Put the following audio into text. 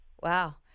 Wow